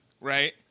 right